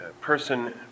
person